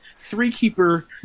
three-keeper